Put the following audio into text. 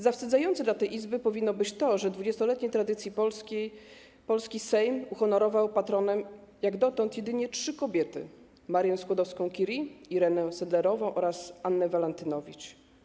Zawstydzające dla tej Izby powinno być to, że w 20-letniej tradycji polski Sejm uhonorował patronatem jak dotąd jedynie trzy kobiety: Marię Skłodowską-Curie, Irenę Sendlerową oraz Annę Walentynowicz.